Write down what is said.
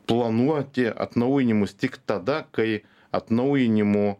planuoti atnaujinimus tik tada kai atnaujinimų